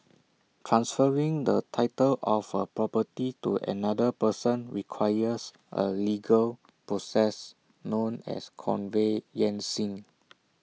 transferring the title of A property to another person requires A legal process known as conveyancing